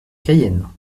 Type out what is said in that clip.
cayenne